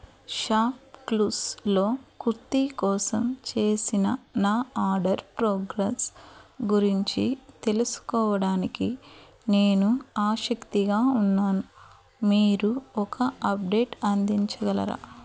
shop క్లూస్లో కుర్తీ కోసం చేసిన నా ఆర్డర్ ప్రోగ్రస్ గురించి తెలుసుకోవడానికి నేను ఆసక్తిగా ఉన్నాను మీరు ఒక అప్డేట్ అందించగలరా